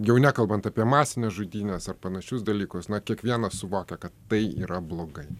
jau nekalbant apie masines žudynes ar panašius dalykus na kiekvienas suvokia kad tai yra blogai